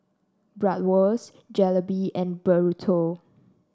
Bratwurst Jalebi and Burrito